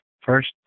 First